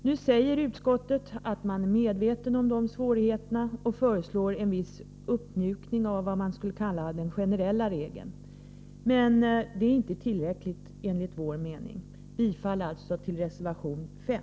Nu säger utskottet att man är medveten om dessa svårigheter och föreslår en viss uppmjukning av vad som skulle kunna kallas den generella regeln, men det är inte tillräckligt enligt vår mening, och jag yrkar bifall till reservation 5.